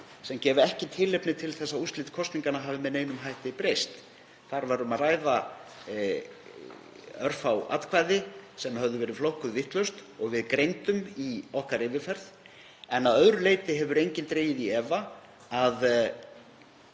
sem gefa ekki tilefni til þess að úrslit kosninganna hafi með neinum hætti breyst. Þar var um að ræða örfá atkvæði sem höfðu verið flokkuð vitlaust og við greindum í okkar yfirferð en að öðru leyti hefur enginn dregið í efa að